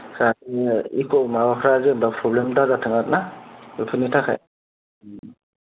आरो इक' माबाफ्रा जेनेबा प्रब्लेम दा जाथों आरोना बेफोरनि थाखाय